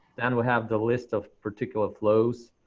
then we have the list of particular flows